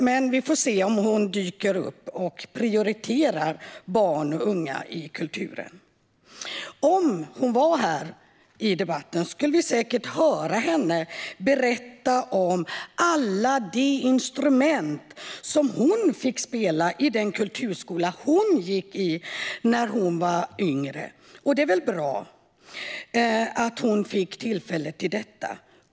Men vi får se om hon dyker upp och prioriterar barn och unga i kulturen. Ifall hon deltar i debatten kommer vi säkert att få höra henne berätta om alla de instrument som hon fick spela i den kulturskola hon gick i när hon var ung. Och det är väl bra att hon fick tillfälle till det.